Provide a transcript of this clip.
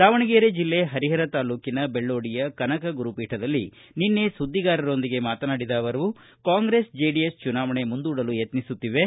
ದಾವಣಗೆರೆ ಜಿಲ್ಲೆ ಪರಿಹರ ತಾಲೂಕಿನ ಬೆಳ್ಳೂಡಿಯ ಕನಕ ಗುರುಪೀಠದಲ್ಲಿ ಸುದ್ದಿಗಾರರೊಂದಿಗೆ ಮಾತನಾಡಿದ ಅವರು ಕಾಂಗ್ರೆಸ್ ಜೆಡಿಎಸ್ ಚುನಾವಣೆ ಮುಂದೂಡಲು ಯತ್ನಿಸುತ್ತಿವೆ